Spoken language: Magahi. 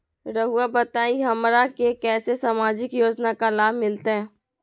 रहुआ बताइए हमरा के कैसे सामाजिक योजना का लाभ मिलते?